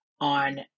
on